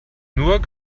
nur